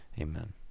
Amen